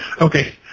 Okay